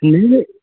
नहीं नहीं